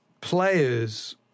players